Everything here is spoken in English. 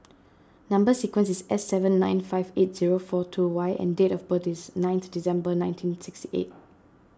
Number Sequence is S seven nine five eight zero four two Y and date of birth is ninth December nineteen sixty eight